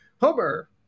Homer